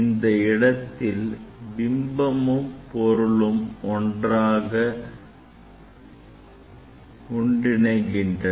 இந்த இடத்தில் பிம்பமும் பொருளும் சரியாக ஒன்றிணைகின்றன